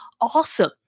Awesome